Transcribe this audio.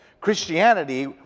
Christianity